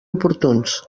oportuns